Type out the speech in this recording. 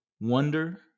wonder